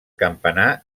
campanar